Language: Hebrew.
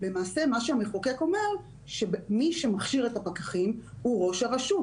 למעשה המחוקק אומר שמי שמכשיר את הפקחים הוא ראש הרשות.